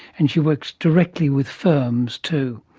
and she works directly with firms too.